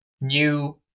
new